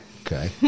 Okay